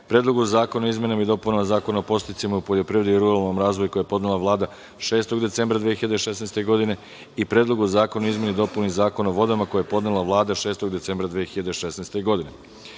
Predlogu zakona o izmenama i dopunama Zakona o podsticajima u poljoprivredi i ruralnom razvoju, koji je podnela Vlada, 6. decembra 2016. godine i Predlog zakona o izmenama i dopunama Zakona o vodama, koji je podnela Vlada, 6. decembra 2016. godine; Treći,